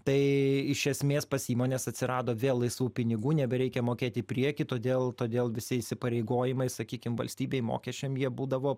tai iš esmės pas įmones atsirado vėl laisvų pinigų nebereikia mokėti į priekį todėl todėl visi įsipareigojimai sakykim valstybei mokesčiam jie būdavo